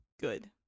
Good